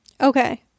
Okay